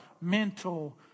mental